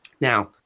now